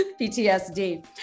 PTSD